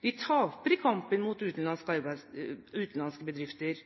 Vi taper i kampen mot utenlandske bedrifter.